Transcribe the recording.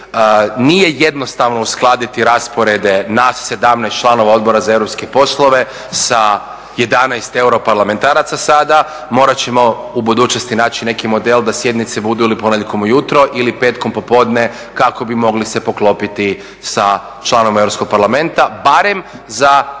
Nije jednostavno uskladiti rasporede nas 17 članova Odbora za europske poslove sa 11 europarlamentaraca sada, morat ćemo u budućnosti naći neki model da sjednice budu ili ponedjeljkom ujutro ili petkom popodne kako bi mogli se poklopiti sa članovima Europskog parlamenta, barem za ključne